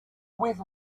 with